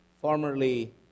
formerly